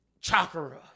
chakra